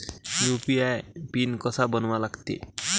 UPI PIN कसा बनवा लागते?